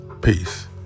Peace